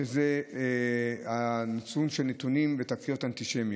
שזה נתונים על תקריות אנטישמיות.